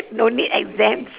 no need exams